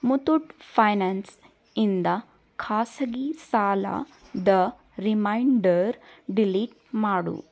Muthoot finance ಇಂದ ಖಾಸಗಿ ಸಾಲದ ರಿಮೈಂಡರ್ ಡಿಲೀಟ್ ಮಾಡು